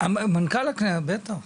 מנכ"ל הכנסת, בטח.